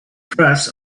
press